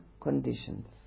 conditions